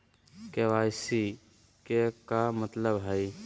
KYC के का मतलब हई?